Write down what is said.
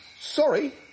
sorry